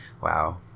wow